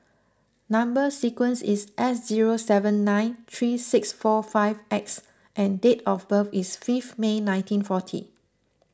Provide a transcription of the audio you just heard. Number Sequence is S zero seven nine three six four five X and date of birth is fifth May nineteen forty